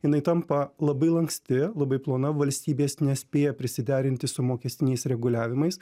jinai tampa labai lanksti labai plona valstybės nespėja prisiderinti su mokestiniais reguliavimais